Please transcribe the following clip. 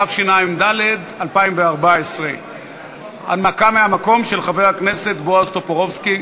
התשע"ד 2014. הנמקה מהמקום של חבר הכנסת בועז טופורובסקי.